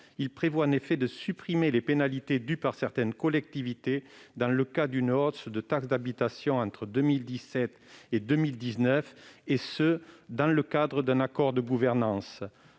proposons de supprimer les pénalités dues par certaines collectivités dans le cas d'une hausse de la taxe d'habitation entre 2017 et 2019, dans le cadre d'un accord de gouvernance.